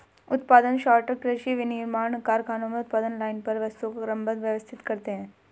उत्पादन सॉर्टर कृषि, विनिर्माण कारखानों में उत्पादन लाइन पर वस्तुओं को क्रमबद्ध, व्यवस्थित करते हैं